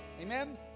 Amen